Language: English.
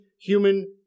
human